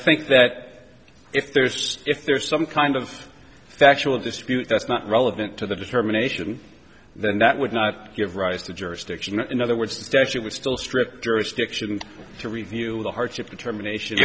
think that if there's just if there's some kind of factual dispute that's not relevant to the determination then that would not give rise to jurisdiction in other words the statute was still strict jurisdiction to review the hardship determination